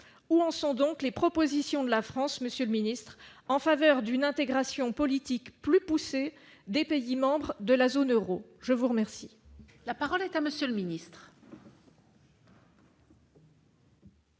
où en sont donc les propositions de la France, monsieur le Ministre, en faveur d'une intégration politique plus poussée des pays membres de la zone Euro, je vous remercie. La parole est à monsieur le Ministre.